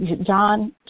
John